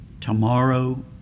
tomorrow